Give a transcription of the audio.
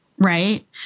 Right